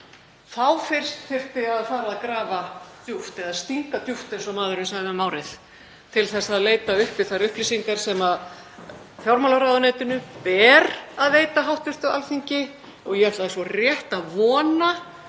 Þá fyrst þyrfti að fara að grafa djúpt eða stinga djúpt, eins og maðurinn sagði um árið, til að leita uppi þær upplýsingar sem fjármálaráðuneytinu ber að veita hv. Alþingi. Ég ætla rétt að vona